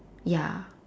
ya